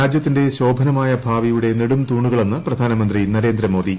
രാജ്യത്തിന്റെ ശോഭനമായ ഭാവിയുടെ നെടുംതൂണുകളെന്ന് പ്രധാനമന്ത്രി നരേന്ദ്ര മോദി